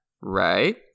Right